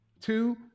Two